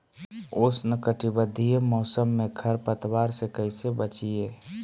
उष्णकटिबंधीय मौसम में खरपतवार से कैसे बचिये?